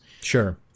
Sure